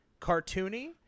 cartoony